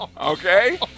okay